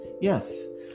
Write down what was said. yes